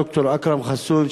ד"ר אכרם חסון,